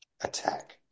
attack